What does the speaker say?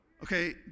Okay